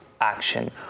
action